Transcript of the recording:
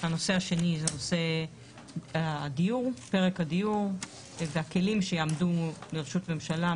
הנושא השני הוא פרק הדיור והכלים שיעמדו לרשות הממשלה,